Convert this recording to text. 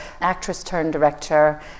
actress-turned-director